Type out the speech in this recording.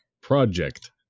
Project